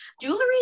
jewelry